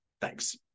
thanks